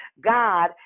God